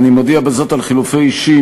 אני מודיע בזאת על חילופי אישים,